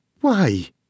Why